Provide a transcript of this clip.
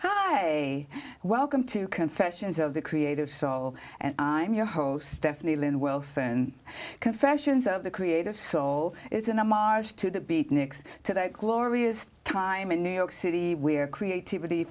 hi welcome to confessions of the creative soul and i'm your host stephanie lynn wilson confessions of the creative soul is in a march to the beat next to that glorious time in new york city where creativity